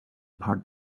part